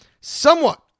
somewhat